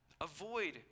Avoid